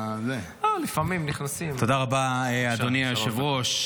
תודה רבה, אדוני היושב-ראש.